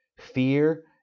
Fear